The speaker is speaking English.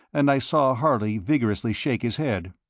and i saw harley vigorously shake his head.